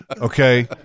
Okay